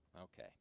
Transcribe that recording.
Okay